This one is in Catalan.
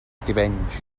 tivenys